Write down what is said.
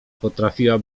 potrafiła